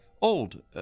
Old